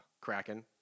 Kraken